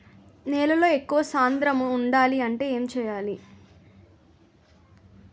నేలలో ఎక్కువ సాంద్రము వుండాలి అంటే ఏంటి చేయాలి?